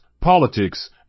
politics